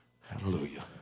Hallelujah